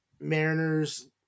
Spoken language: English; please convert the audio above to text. Mariners –